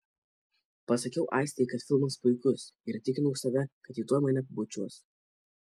pasakiau aistei kad filmas puikus ir įtikinau save kad ji tuoj mane pabučiuos